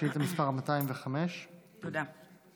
שאילתה מס' 205. תודה.